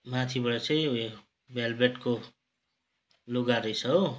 माथिबाट चाहिँ उयो भेलभेटको लुगा रहेछ हो